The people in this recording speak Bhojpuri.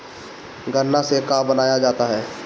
गान्ना से का बनाया जाता है?